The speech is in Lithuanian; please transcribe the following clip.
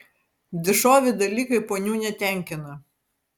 dišovi dalykai ponių netenkina